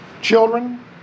Children